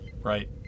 right